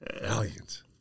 Valiant